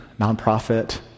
nonprofit